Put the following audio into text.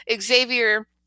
Xavier